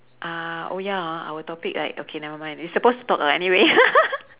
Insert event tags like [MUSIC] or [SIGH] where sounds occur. uh oh ya hor our topic like okay never mind we supposed to talk lah anyway [LAUGHS]